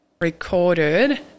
recorded